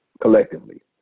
Collectively